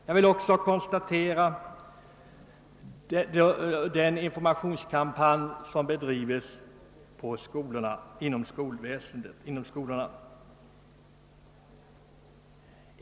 Jag vill även erinra om den informationskampanj som bedrives inom skolorna.